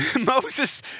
Moses